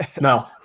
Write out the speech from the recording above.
No